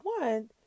one